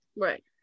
Right